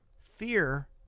Fear